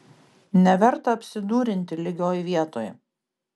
neverta apsidūrinti lygioj vietoj